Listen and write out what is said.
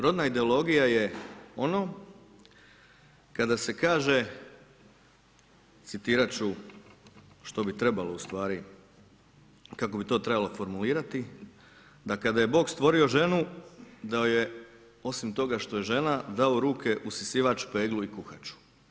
Rodna ideologija je ono kada se kaže citirati ću što bi trebalo u stvari, kako bi to trebalo formulirati, da kada je Bog stvorio ženu, da je osim toga što je žena, dao u ruke usisavač, peglu i kuhaču.